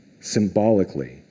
symbolically